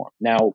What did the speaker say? now